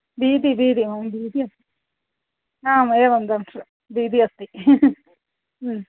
भीतिः भीतिः मम भीतिः अस्ति आम् एवं दंष्ट्रे भीतिः अस्ति